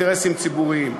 אינטרסים ציבוריים.